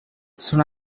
soon